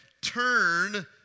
turn